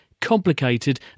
complicated